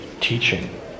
teaching